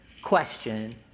Question